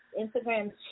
Instagram